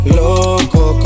loco